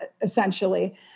essentially